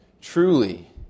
Truly